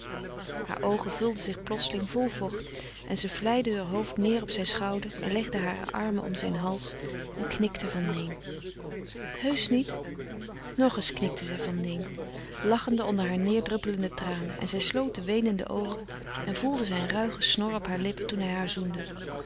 hare oogen vulden zich plotseling vol vocht en ze vleide heur hoofd neêr op zijn schouder en legde haren arm om zijn hals en knikte van neen heusch niet nog eens knikte zij van neen lachende onder haar neêrdruppelende tranen en zij sloot de weenende oogen en voelde zijn ruigen snor op hare lippen toen hij haar zoende